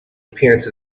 appearance